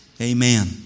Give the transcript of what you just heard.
Amen